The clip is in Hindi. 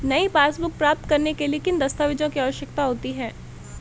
नई पासबुक प्राप्त करने के लिए किन दस्तावेज़ों की आवश्यकता होती है?